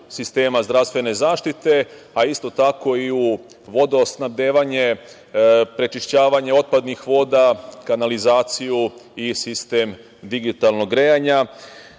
sistema zdravstvene zaštite, a isto tako i u vodosnabdevanje, prečišćavanje otpadnih voda, kanalizaciju i sistem digitalnog grejanja,